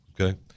Okay